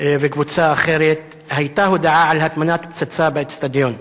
לקבוצה אחרת היתה הודעה על הטמנת פצצה באיצטדיון.